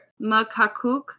Makakuk